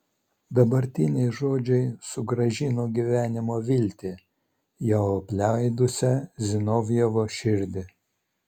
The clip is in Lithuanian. dabartiniai žodžiai sugrąžino gyvenimo viltį jau apleidusią zinovjevo širdį